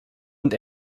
und